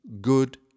good